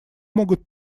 могут